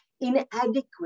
inadequate